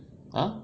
!huh!